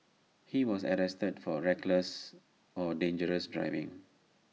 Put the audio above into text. he was arrested for reckless or dangerous driving